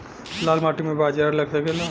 लाल माटी मे बाजरा लग सकेला?